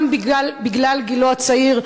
גם בגלל גילו הצעיר,